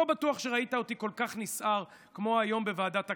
ולא בטוח שראית אותי כל כך נסער כמו היום בוועדת הכנסת.